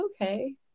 okay